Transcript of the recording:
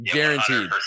Guaranteed